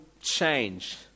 change